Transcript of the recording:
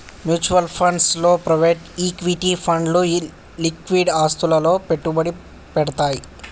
mutual funds లో private equity ఫండ్లు liquid ఆస్తులలో పెట్టుబడి పెడ్తయ్